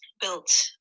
built